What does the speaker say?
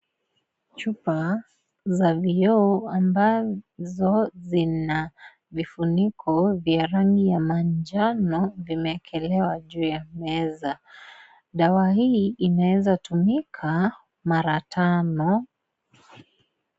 Chupa za vioo ambazo zina vifuniko vya rangi ya manjano vimeekelewa juu ya meza. Dawa hii inaweza tumika mara tano.